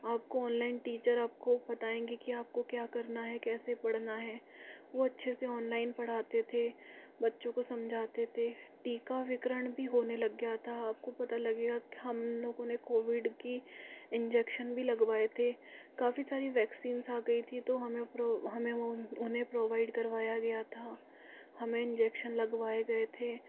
आपको online teacher आपको बतायेंगे की आपको क्या करना है कैसे पढ़ना है वो अच्छे से ऑनलाइन पढ़ाते थे बच्चों को समझाते थे टिका विकरण भी होने लग गया था आपको पता लगेगा हम लोगों ने कोविड की इन्जेक्शन भी लगवाए थे काफी सारी वैक्सीन आ गई थी तो हमें प्रो हमें वो प्रोवाइड करवाया गया था हमें इन्जेक्शन लगवाए गए थे